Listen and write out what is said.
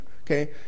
okay